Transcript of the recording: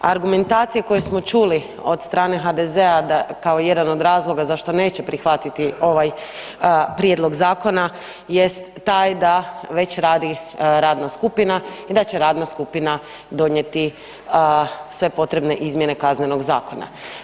Argumentacije koje smo čuli od strane HDZ-a da kao jedan od razloga zašto neće prihvatiti ovaj prijedlog zakona jest taj da već radi radna skupina i da će radna skupina donijeti sve potrebne izmjene kaznenog zakona.